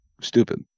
stupid